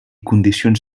condicions